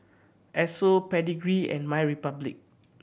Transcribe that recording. Esso Pedigree and MyRepublic